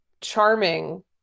charming